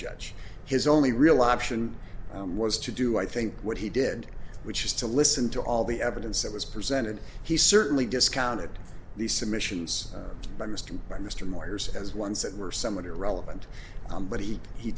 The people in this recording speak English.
judge his only real option was to do i think what he did which is to listen to all the evidence that was presented he certainly discounted these submissions by mr or mr moore's as ones that were somewhat irrelevant but he he